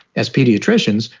as pediatricians,